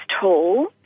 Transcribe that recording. tall